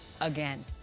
again